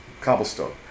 cobblestone